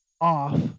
off